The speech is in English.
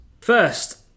First